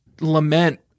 lament